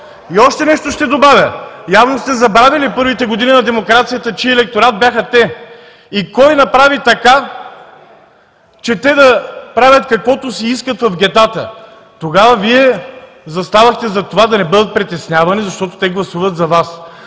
И още нещо ще добавя. Явно сте забравили първите години на демокрацията: чий електорат бяха те и кой направи така, че да правят каквото си искат в гетата? Тогава Вие застанахте зад това да не бъдат притеснявани, защото те гласуват за Вас.